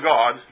God